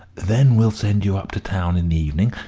then we'll send you up to town in the evening,